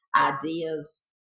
ideas